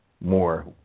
more